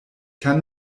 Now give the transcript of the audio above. kann